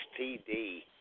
STD